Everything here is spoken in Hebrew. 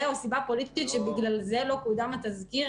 או סיבה פוליטית שבגללה לא קודם התזכיר.